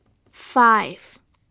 five